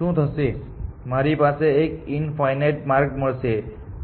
શું થશે મારી પાસે એક ઇન્ફાઇનાઇટ માર્ગ મળશે